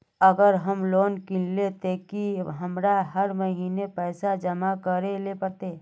अगर हम लोन किनले ते की हमरा हर महीना पैसा जमा करे ले पड़ते?